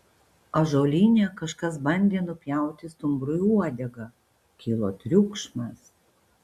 ąžuolyne kažkas bandė nupjauti stumbrui uodegą kilo triukšmas